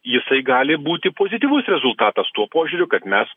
jisai gali būti pozityvus rezultatas tuo požiūriu kad mes